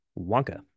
Wonka